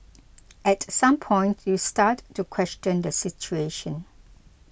at some point you start to question the situation